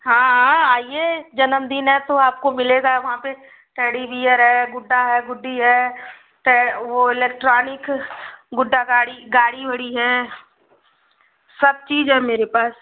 हाँ आइए जन्मदिन है तो आपको मिलेगा वहाँ पे टेडी बियर है गुड्डा है गुड्डी है ते वो इलेक्ट्रॉनिक गुड्डा गाड़ी गाड़ी ओड़ी है सब चीज है मेरे पास